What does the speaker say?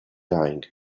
dying